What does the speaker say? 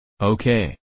Okay